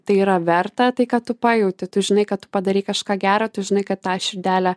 tai yra verta tai ką tu pajauti tu žinai kad tu padarei kažką gero tu žinai kad tą širdelę